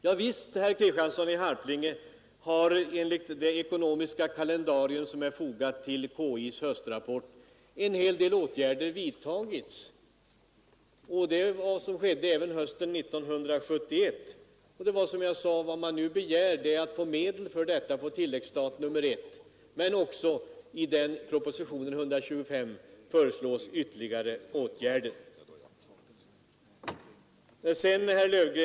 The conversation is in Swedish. Javisst, herr Kristiansson i Harplinge, har enligt det ekonomiska kalendarium som är fogat till KI:s höstrapport en rad åtgärder vidtagits, vilket även skedde hösten 1971. Vad man nu begär är att på tilläggsstat I få medel till detta. Men i propositionen 125 föreslås också ytterligare åtgärder.